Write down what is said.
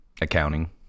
Accounting